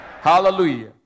Hallelujah